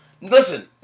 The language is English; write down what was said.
Listen